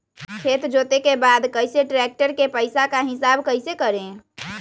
खेत जोते के बाद कैसे ट्रैक्टर के पैसा का हिसाब कैसे करें?